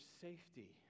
safety